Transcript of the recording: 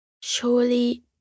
Surely